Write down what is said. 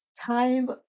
Time